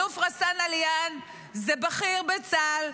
אלוף ע'סאן עליאן הוא בכיר בצה"ל,